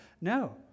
no